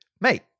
mate